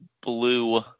blue